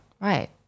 Right